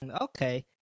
Okay